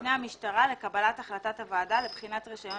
תפנה המשטרה לקבלת החלטת הוועדה לבחינת רישיון